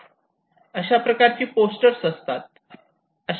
Safe drive Stay alive drive to survive अशा प्रकारची poster असतात